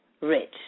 rich